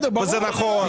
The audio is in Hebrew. וזה נכון.